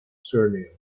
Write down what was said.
surname